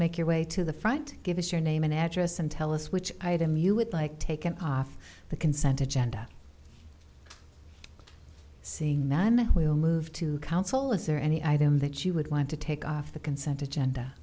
make your way to the front give us your name and address and tell us which item you would like taken off the consented genda seeing none will move to counsel is there any item that you would want to take off the consent agenda